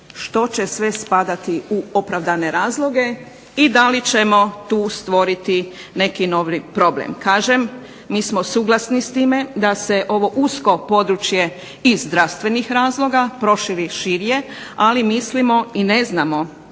što će sve spadati u opravdane razloge i da li ćemo tu stvoriti neki novi problem. Kažem mi smo suglasni s time da se ovo usko područje iz zdravstvenih razloga proširi širje, ali mislimo i ne znamo